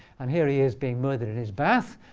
and here he is being murdered in his bath.